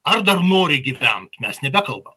ar dar nori gyveni mes nebekalbam